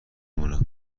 مونم